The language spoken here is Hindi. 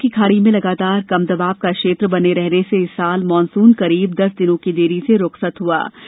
बंगाल की खाड़ी में लगातार कम दवाब का क्षेत्र बने रहने से इस वर्ष मानसून करीब दस दिनों की देरी से रुखसत हुआ